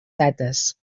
dates